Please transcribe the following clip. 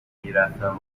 میرفتم